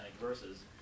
verses